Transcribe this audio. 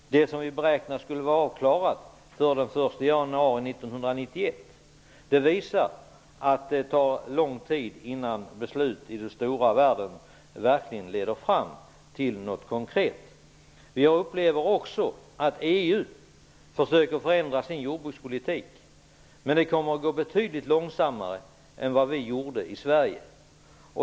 Vi beräknade att det skulle vara avklarat före den 1 januari 1991. Det visar att det tar lång tid innan beslut i den stora världen verkligen leder fram till något konkret. Vi upplever också att EU försöker förändra sin jordbrukspolitik, men det kommer att gå betydligt långsammare än i Sverige.